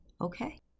okay